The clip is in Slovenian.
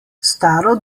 staro